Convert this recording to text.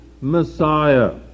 Messiah